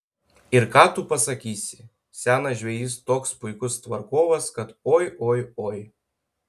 ir ką tu pasakysi senas žvejys toks puikus tvarkovas kad oi oi oi